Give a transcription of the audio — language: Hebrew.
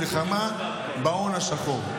מלחמה בהון השחור.